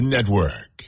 Network